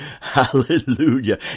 hallelujah